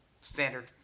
standard